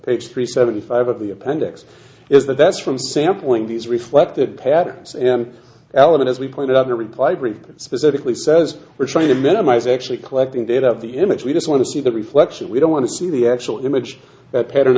three seventy five of the appendix is that that's from sampling these reflected patterns an element as we pointed out in reply very specifically says we're trying to minimize actually collecting data of the image we just want to see the reflection we don't want to see the actual image that pattern